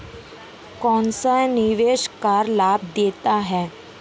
कौनसा निवेश कर लाभ देता है?